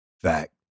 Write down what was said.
Fact